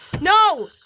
No